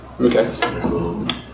Okay